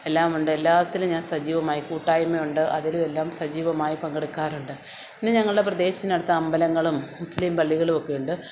എല്ലാമുണ്ട് എല്ലാത്തിലും ഞാൻ സജീവമായി കൂട്ടായ്മ ഉണ്ട് അതിലും എല്ലാം സജീവമായി പങ്കെടുക്കാറുണ്ട് പിന്നെ ഞങ്ങളുടെ പ്രദേശത്തിനടുത്ത് അമ്പലങ്ങളും മുസ്ലിം പള്ളികളും ഒക്കെ ഉണ്ട്